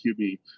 QB